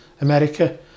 America